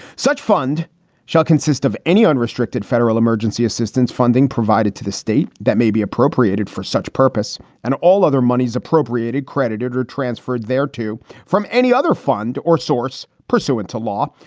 such fund shall consist of any unrestricted federal emergency assistance funding provided to the state that may be appropriated for such purpose and all other moneys appropriated, credited or transferred there to from any other fund or source pursuant to law.